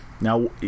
now